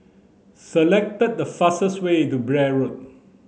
select the fastest way to Blair Road